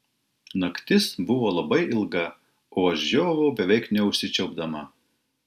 naktis buvo labai ilga o aš žiovavau beveik neužsičiaupdama